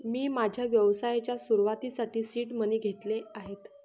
मी माझ्या व्यवसायाच्या सुरुवातीसाठी सीड मनी घेतले आहेत